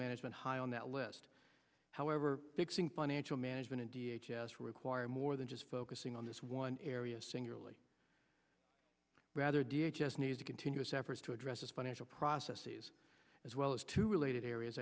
management high on that list however mixing financial management and d h s s require more than just focusing on this one area singularly rather d h just needs a continuous efforts to yes financial processes as well as two related areas